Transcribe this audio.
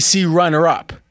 runner-up